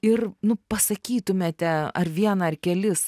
ir nu pasakytumėte ar vieną ar kelis